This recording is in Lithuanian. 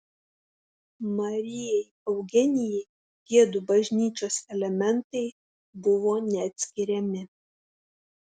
marijai eugenijai tiedu bažnyčios elementai buvo neatskiriami